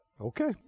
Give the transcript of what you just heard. okay